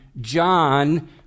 John